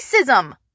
racism